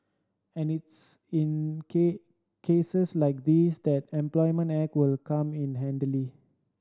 and it's in cases like these that Employment Act will come in